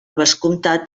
vescomtat